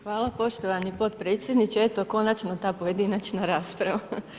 Hvala poštovani potpredsjedniče, eto konačno ta pojedinačna rasprava.